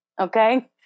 Okay